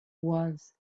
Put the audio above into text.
was